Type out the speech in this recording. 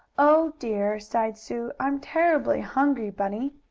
oh dear! sighed sue. i'm terrible hungry, bunny!